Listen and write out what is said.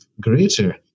greater